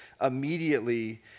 immediately